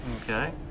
Okay